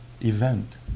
event